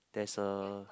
there's a